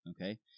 okay